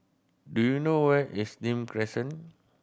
do you know where is Nim Crescent